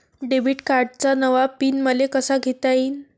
Debit कार्डचा नवा PIN मले कसा घेता येईन?